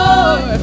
Lord